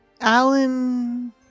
Alan